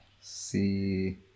see